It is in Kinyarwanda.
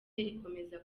ikomeza